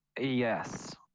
Yes